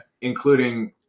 Including